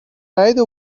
ندیده